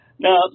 Now